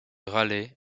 raleigh